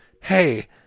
hey